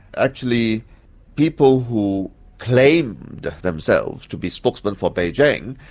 actually people who claim themselves to be spokesmen for beijing,